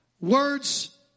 Words